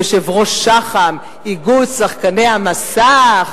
יושב-ראש שח"ם, איגוד שחקני המסך?